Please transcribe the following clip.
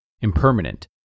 impermanent